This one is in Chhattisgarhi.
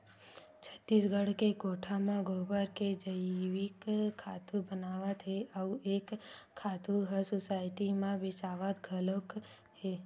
छत्तीसगढ़ के गोठान म गोबर के जइविक खातू बनावत हे अउ ए खातू ह सुसायटी म बेचावत घलोक हे